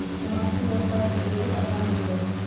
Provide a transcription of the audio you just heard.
समष्टि अर्थशास्त्र एगो असान विषय हइ